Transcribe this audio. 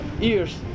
ears